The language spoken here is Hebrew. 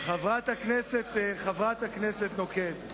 חברת הכנסת נוקד,